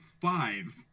five